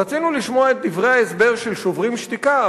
רצינו לשמוע את דברי ההסבר של "שוברים שתיקה",